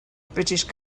british